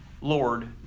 Lord